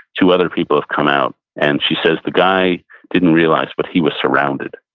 two other people have come out. and she says the guy didn't realize, but he was surrounded.